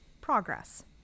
progress